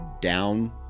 down